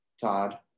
Todd